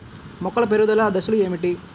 మొక్కల పెరుగుదల దశలు ఏమిటి?